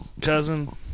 cousin